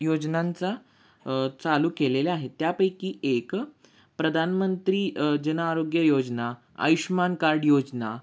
योजनांचा चालू केलेल्या आहेत त्यापैकी एक प्रधानमंत्री जनआरोग्य योजना आयुष्मान कार्ड योजना